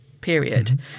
period